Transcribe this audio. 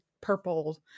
purple